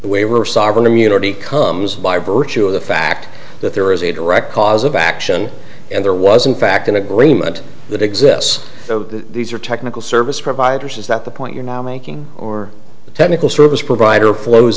waiver or sovereign immunity comes by virtue of the fact that there is a direct cause of action and there wasn't fact an agreement that exists these are technical service providers is that the point you're now making or the technical service provider flows